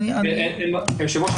היושב ראש,